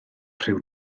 ryw